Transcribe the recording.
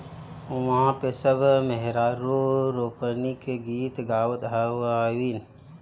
उहा पे सब मेहरारू रोपनी के गीत गावत हईन